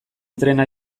trena